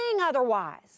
otherwise